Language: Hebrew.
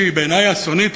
שבעיני היא אסונית,